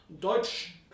Deutsch